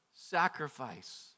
sacrifice